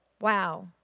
wow